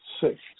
six